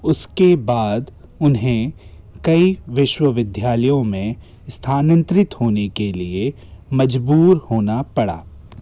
उसके बाद उन्हें कई विश्वविद्यालयों में स्थानांतरित होने के लिए मजबूर होना पड़ा